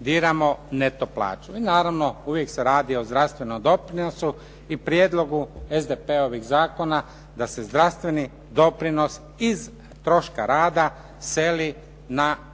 diramo neto plaću. I naravno, uvijek se radi o zdravstvenom doprinosu i prijedlogu SDP-ovih zakona da se zdravstveni doprinos iz troška rada seli na poreze